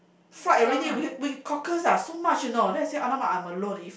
fried already with cockles ah so much you know then I say !alamak! I'm alone if